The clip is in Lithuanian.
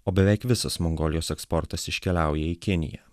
o beveik visas mongolijos eksportas iškeliauja į kiniją